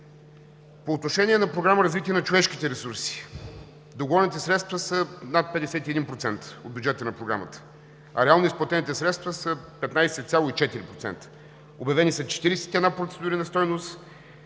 По отношение на Програма „Развитие на човешките ресурси“ договорените средства са над 51% от бюджета на Програмата, а реално изплатените средства са 15,4%. Обявени са 41 процедури на стойност